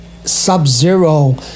sub-zero